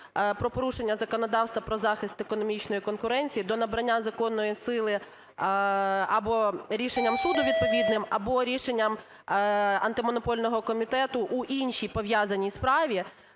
про порушення законодавства про захист економічної конкуренції до набрання законної сили або рішенням суду відповідним, або рішенням Антимонопольного комітету у іншій пов'язаній справі,